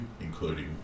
including